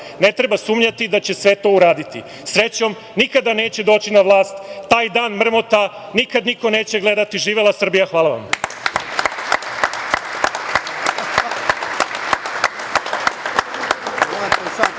ne treba sumnjati da će sve to uraditi. Srećom, nikada neće dođi na vlast, taj dan mrmota nikada niko neće gledati. Živela Srbija! Hvala vam.